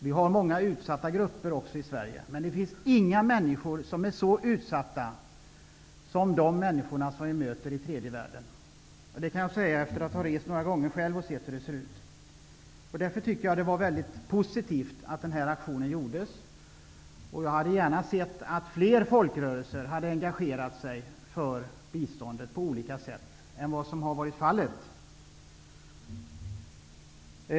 Vi har många utsatta grupper även i Sverige. Men det finns inga människor som är så utsatta som de nänniskorna som vi möter i tredje världen. Det kan jag säga efter att själv har gjort några resor och sett hur det ser ut. Jag tycker därför att det var mycket positivt att den här aktionen genomfördes. Jag hade gärna sett att fler folkrörelser hade engagerat sig för biståndet på olika sätt än vad som har varit fallet.